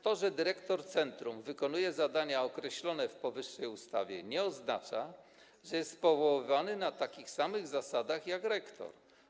To, że dyrektor centrum wykonuje zadania określone w powyższej ustawie, nie oznacza, że jest powoływany na takich samych zasadach jak rektor.